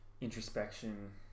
introspection